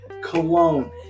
cologne